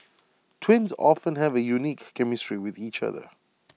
twins often have A unique chemistry with each other